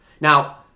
Now